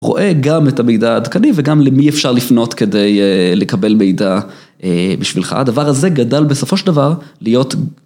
רואה גם את המידע העדכני וגם למי אפשר לפנות כדי לקבל מידע בשבילך הדבר הזה גדל בסופו של דבר להיות.